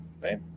right